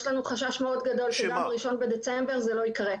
יש לנו חשש מאוד גדול שגם ב-1 בדצמבר זה לא יקרה.